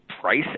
price